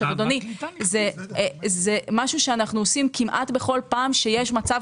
זה משהו שאנחנו עושים כמעט כל פעם שיש מצב